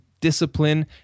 Discipline